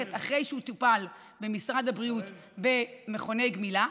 אחרי שהוא טופל במשרד הבריאות במכוני גמילה,